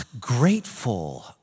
grateful